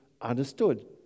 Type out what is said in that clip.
understood